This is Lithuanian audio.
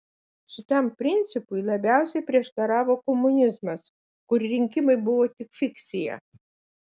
šitam principui labiausiai prieštaravo komunizmas kur rinkimai buvo tik fikcija